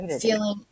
feeling